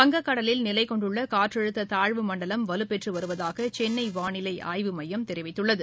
வங்கக்கடலில் நிலைகொண்டுள்ள காற்றழுத்த தாழ்வு மண்டலம் வலுப்பெற்று வருவதாக சென்னை வானிலை ஆய்வு மையம் தெரிவிக்கிறது